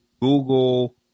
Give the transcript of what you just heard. Google